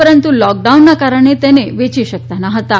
પરંતુ લોકડાઉનના કારણે તેને વેચી શકતાં ન હતાં